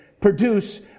produce